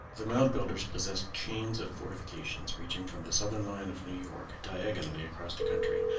the mound builders possessed chains of fortifications reaching from the southern line of new york diagonally across the country,